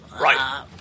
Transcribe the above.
right